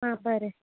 आं बरें